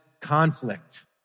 conflict